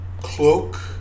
Cloak